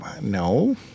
no